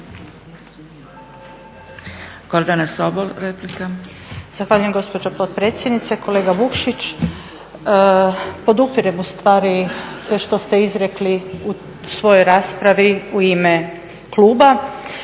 Gordana (SDP)** Zahvaljujem gospođo potpredsjednice. Kolega Vukšić, podupirem ustvari sve što ste izrekli u svojoj raspravi u ime kluba